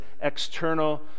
external